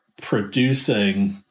producing